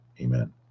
Amen